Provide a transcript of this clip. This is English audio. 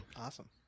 Awesome